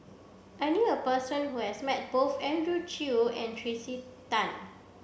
I knew a person who has met both Andrew Chew and Tracey Tan